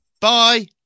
Bye